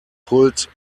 pulled